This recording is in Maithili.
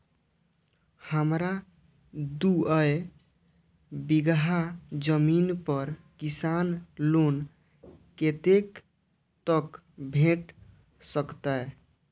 हमरा दूय बीगहा जमीन पर किसान लोन कतेक तक भेट सकतै?